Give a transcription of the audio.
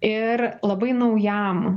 ir labai naujam